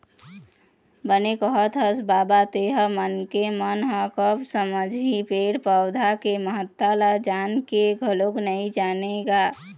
बने कहत हस बबा तेंहा मनखे मन ह कब समझही पेड़ पउधा के महत्ता ल जान के घलोक नइ जानय गा